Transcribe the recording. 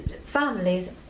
families